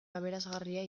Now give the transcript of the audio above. aberasgarria